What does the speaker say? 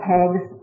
Pegs